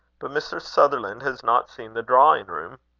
but mr. sutherland has not seen the drawing-room!